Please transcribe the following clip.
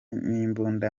n’imbunda